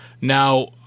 Now